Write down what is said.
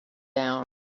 down